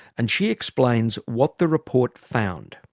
and she explains what the report found.